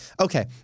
Okay